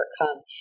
overcome